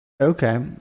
okay